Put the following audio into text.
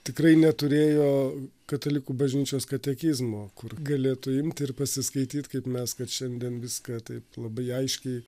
tikrai neturėjo katalikų bažnyčios katekizmo kur galėtų imti ir pasiskaityt kaip mes kad šiandien viską taip labai aiškiai